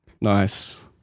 Nice